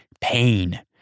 pain